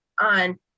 on